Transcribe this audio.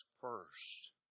first